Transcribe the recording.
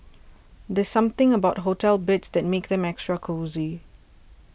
there's something about hotel beds that makes them extra cosy